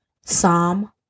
Psalm